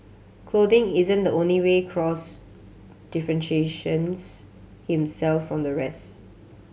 clothing isn't the only way Cross differentiates himself from the rest